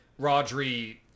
Rodri